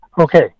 Okay